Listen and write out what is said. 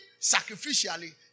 sacrificially